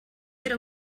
era